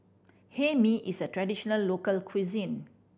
Hae Mee is a traditional local cuisine